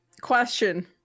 Question